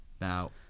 Now